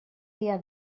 dia